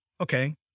Okay